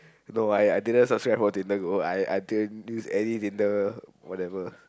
no I didn't subscribe for Tinder gold I didn't use Tinder whatever